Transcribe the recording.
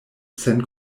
sen